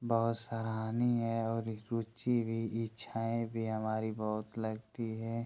बहुत सराहनीय है और रुचि भी इच्छाएँ भी हमारी बहुत लगती है